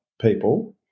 people